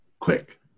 Quick